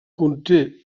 conté